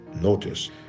Notice